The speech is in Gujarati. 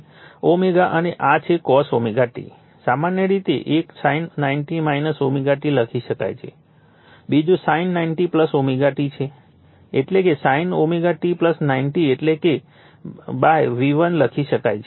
પછી ω અને આ છે cos ωt સામાન્ય રીતે એક sin 90o ωt લખી શકાય છે બીજું sin 90o ωt છે એટલે કે sin ωt 90o એટલે કે V1 લખી શકાય છે